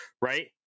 right